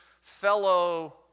fellow